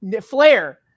flair